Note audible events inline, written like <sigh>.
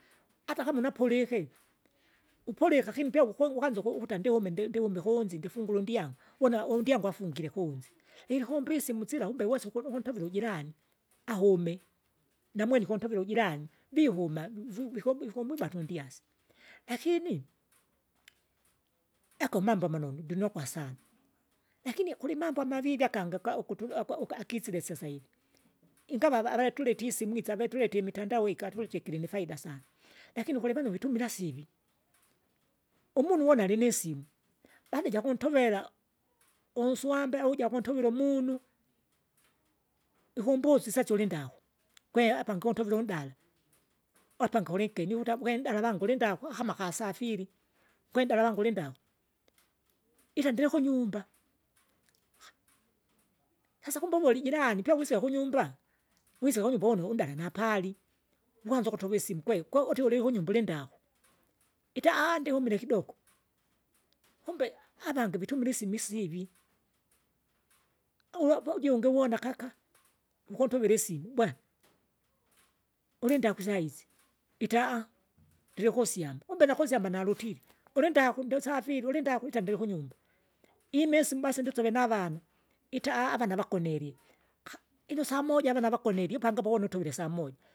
Atakama unapulike, upulika akini pia wuku wukanza ukuta ndiume ndiwume kunzi ndifungure undyangu, uwona undyangu afungire kunzi, ili kumbe isimu silakumbe wesa ukudo ukuntovera ujirani, ahume, namwene ikuntovera ujirani, vihuma vivi viko vikumwibata undyasi. Lakini ako mambo amanunu, ndinokwa sana, lakini kulimambo amavivi akangi aka ukutu <unintelligible> akisile sasahivi, ingava avalatulete isimu isa avatuletie imitandao igi atuletie gilinifaida sana. Lakini kulivanu vitumila sivi, umunu uvona alinisimu, baada jakuntovera, unsanda uja akuntovera umunu, ikumbusa isaisi ulindagu gwa apangi untovile undala, apangi ulingeni ukuta gwe ndala avangu ulinda kama akasafiri, gwendala avangu ulindau, itindile kunyumba. Sasa kumbe uvoli jinani pyawisie kunyumba kunyumba, wise kunyumba une undala napali, ngwanza ukutova isimu kwe kwauti ulihunyumba ulindagu, ita <hesitation> ndihumile kidoko, kumbe avange vitumila isimu isivi, uwe we ujungi uwona kaka, ukuntuvira isimu bwe, unindaku saizi, ita <hesitation> ndirikusyamba, kumbe nakusyamba nalutile, ulindaku nduisafiri ulindaku ita ndirikunyumba. Imesa imbwasi ndisove navana. Ita <hesitation> avana vakinelile, <hesitation> ino samoja avana vakonelie apangi pagone utule isamoja.